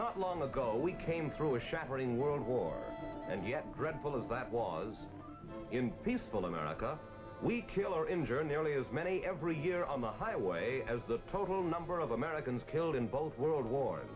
not long ago we came through a shattering world war and yet dreadful as that was in peaceful america we kill or injure nearly as many every year on the highway as the total number of americans killed in both world war